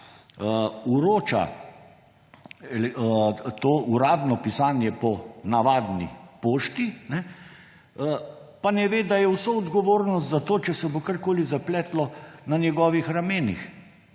vroča uradno pisanje po navadni pošti, ne ve, da je vsa odgovornost za to, če se bo karkoli zapletlo, na njegovih ramenih.